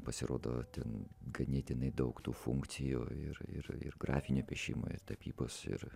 pasirodo ten ganėtinai daug tų funkcijų ir ir grafinio piešimo tapybos ir